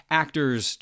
actors